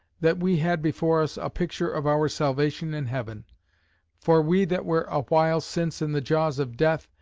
that we had before us a picture of our salvation in heaven for we that were a while since in the jaws of death,